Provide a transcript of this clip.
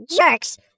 jerks